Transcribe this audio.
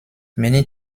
many